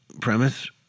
premise